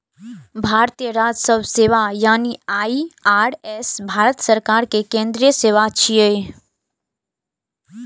भारतीय राजस्व सेवा यानी आई.आर.एस भारत सरकार के केंद्रीय सेवा छियै